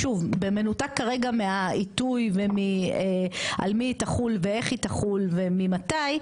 שוב במנותק כרגע מהעיתוי ועל מי היא תחול ואיך היא תחול וממתי,